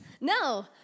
No